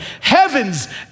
Heavens